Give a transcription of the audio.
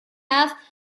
half